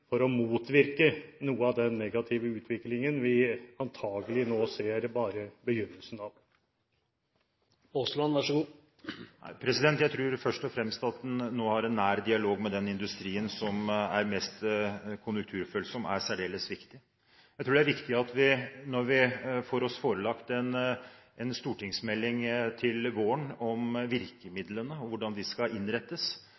for å motvirke noe av den negative utviklingen vi antagelig nå bare ser begynnelsen av? Jeg tror først og fremst at det at en nå har en nær dialog med den industrien som er mest konjunkturfølsom, er særdeles viktig. Jeg tror det er helt nødvendig at vi, når vi får oss forelagt en stortingsmelding til våren om